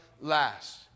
last